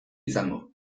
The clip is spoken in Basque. izango